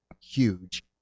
huge